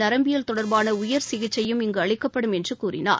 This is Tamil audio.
நரம்பியல் தொடர்பான உயர் சிகிச்சையும் இங்கு அளிக்கப்படும் என்று கூறினார்